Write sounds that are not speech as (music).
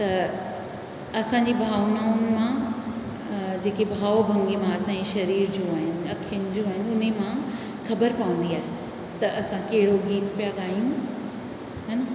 त असांजी भावनाउनि मां जेके भाव (unintelligible) असांजी शरीर जूं आहिनि अखियुनि जूं आहिनि उन में मां ख़बर पवंदी आहे त असांखे उहो गीत पिया ॻायूं